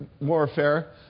warfare